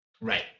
Right